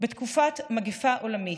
בתקופת מגפה עולמית,